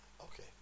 Okay